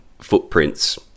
footprints